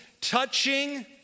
touching